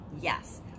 yes